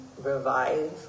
revive